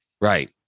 right